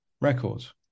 Records